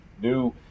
new